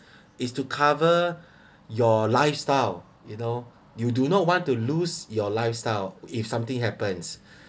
is to cover your lifestyle you know you do not want to lose your lifestyle if something happens